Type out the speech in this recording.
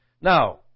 Now